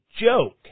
joke